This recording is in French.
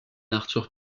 arthur